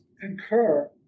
concur